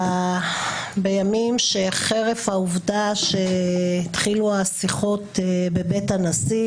בימים שחרף העובדה שהתחילו השיחות בבית הנשיא,